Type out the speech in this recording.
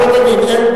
אנחנו לא דנים.